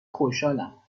خوشحالم